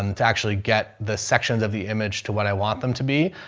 and to actually get the sections of the image to what i want them to be.